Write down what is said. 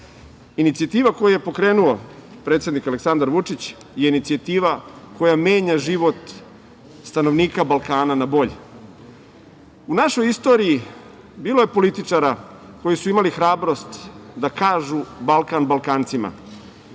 državljana. Inicijativa koju je pokrenuo predsednik Aleksandar Vučić je inicijativa koja menja život stanovnika Balkana na bolje.U našoj istoriji bilo je političara koji su imali hrabrost da kažu – Balkan Balkancima.